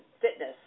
fitness